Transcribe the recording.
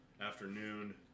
afternoon